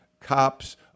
cops